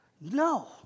No